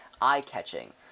eye-catching